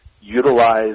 utilize